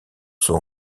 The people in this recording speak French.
sont